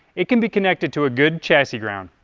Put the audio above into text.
it can be connected to a good chassis ground.